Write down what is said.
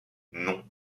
non